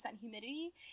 humidity